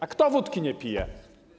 A kto wódki nie pije?